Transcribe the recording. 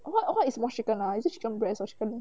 what what is mod chicken ah is it chicken breast or chicken